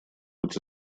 эти